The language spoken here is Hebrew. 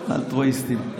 אלטרואיסטיים.